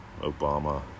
Obama